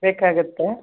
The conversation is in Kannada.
ಬೇಕಾಗುತ್ತೆ